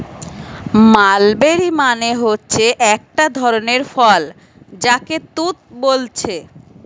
mulberry মানে হচ্ছে একটা ধরণের ফল যাকে তুত বোলছে